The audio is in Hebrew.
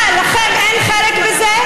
מה, לכם אין חלק בזה?